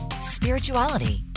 spirituality